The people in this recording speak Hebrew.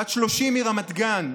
בת 30 מרמת גן.